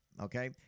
okay